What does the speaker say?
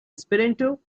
esperanto